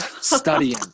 studying